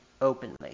openly